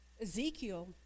Ezekiel